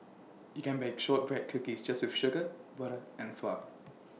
you can bake Shortbread Cookies just with sugar butter and flour